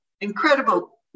incredible